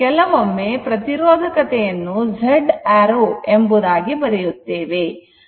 ಕೆಲವೊಮ್ಮೆ ಪ್ರತಿರೋಧಕತೆಯನ್ನು Z arrow ಎಂಬುದಾಗಿ ಬರೆಯುತ್ತೇವೆ